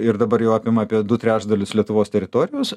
ir dabar jau apima apie du trečdalius lietuvos teritorijos